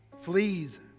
fleas